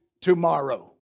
tomorrow